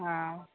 हँ